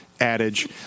Adage